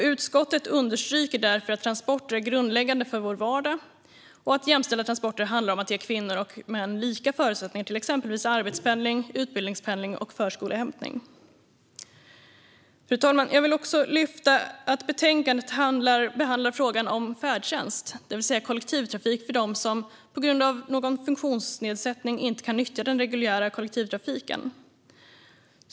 Utskottet understryker därför att transporter är grundläggande för vår vardag och att jämställda transporter handlar om att ge kvinnor och män lika förutsättningar till exempelvis arbetspendling, utbildningspendling och förskolehämtning. Fru talman! I betänkandet behandlas också frågan om färdtjänst, det vill säga kollektivtrafik för dem som på grund av någon funktionsnedsättning inte kan nyttja den reguljära kollektivtrafiken.